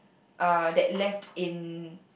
uh that left in